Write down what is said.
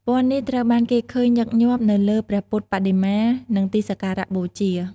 ពណ៌នេះត្រូវបានគេឃើញញឹកញាប់នៅលើព្រះពុទ្ធបដិមា និងទីសក្ការៈបូជា។